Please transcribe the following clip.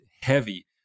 heavy